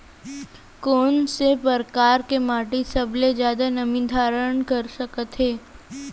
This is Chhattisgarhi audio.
कोन से परकार के माटी सबले जादा नमी धारण कर सकत हे?